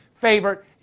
favorite